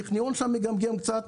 הטכניון שם מגמגם קצת,